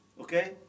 Okay